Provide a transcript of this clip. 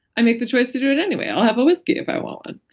i make the choice to do it anyway. i'll have a whiskey if i want one